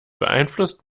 beeinflusst